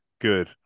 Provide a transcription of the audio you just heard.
good